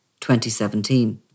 2017